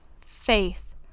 faith